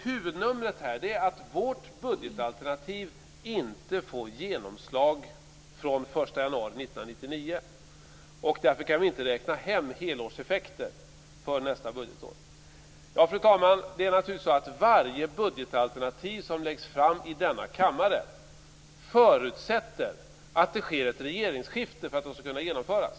Huvudnumret är att vårt budgetalternativ inte får genomslag från den 1 januari 1999. Därför kan vi inte räkna hem helårseffekten för nästa budgetår. Fru talman! Det är naturligtvis så, att varje budgetalternativ som läggs fram i denna kammare förutsätter att det sker ett regeringsskifte för att det skall kunna genomföras.